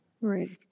Right